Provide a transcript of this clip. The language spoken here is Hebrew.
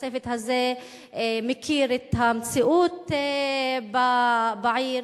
הצוות הזה מכיר את המציאות בעיר,